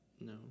No